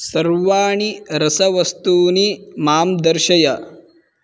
सर्वाणि रसवस्तूनि मां दर्शय